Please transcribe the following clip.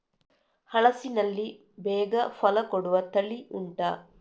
ಹಲಸಿನಲ್ಲಿ ಬೇಗ ಫಲ ಕೊಡುವ ತಳಿ ಉಂಟಾ